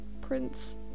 Prince